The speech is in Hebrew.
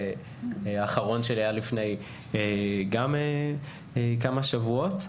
והאחרון שלי היה לפני כמה שבועות.